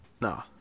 no